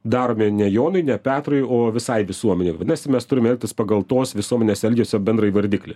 daromi ne jonui ne petrui o visai visuomenei vadinasi mes turime elgtis pagal tos visuomenės elgesio bendrąjį vardiklį